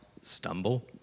stumble